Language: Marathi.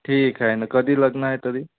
ठीक आहे न कधी लग्न आहे तरी